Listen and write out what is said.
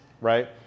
right